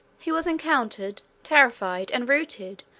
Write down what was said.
he was encountered, terrified, and routed,